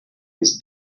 was